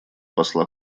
посла